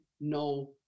no